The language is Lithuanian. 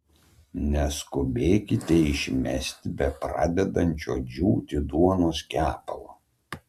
neskubėkite išmesti bepradedančio džiūti duonos kepalo